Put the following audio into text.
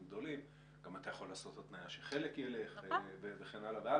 גדולים ואתה יכול להתנות שחלק ילך לכאן וכולי.